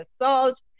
assault